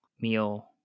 meal